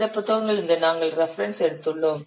இந்த புத்தகங்களிலிருந்து நாங்கள் ரெஃபரன்ஸ் எடுத்துள்ளோம்